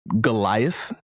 Goliath